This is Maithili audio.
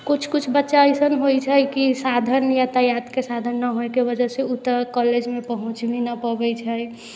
कुछ कुछ बच्चा अइसन होइ छै कि साधन यातायातके साधन ना होयके वजहसँ ओ तऽ कॉलेजमे पहुँच भी नहि पबै छै